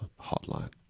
hotline